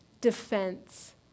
defense